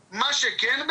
כלכלה.